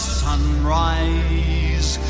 sunrise